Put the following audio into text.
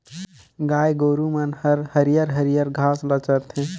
गाय गोरु मन हर हरियर हरियर घास ल चरथे